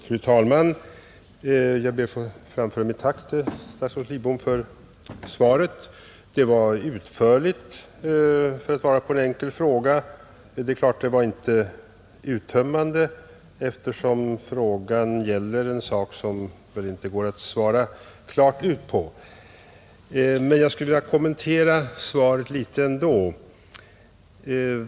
Fru talman! Jag ber att få framföra mitt tack till statsrådet Lidbom för svaret. Det var utförligt för att vara ett svar på en enkel fråga, Det var naturligtvis inte uttömmande, eftersom frågan gäller en sak som det väl inte går att svara helt klart på. Men jag skulle vilja kommentera svaret litet ändå.